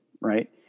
right